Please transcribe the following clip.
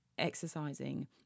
exercising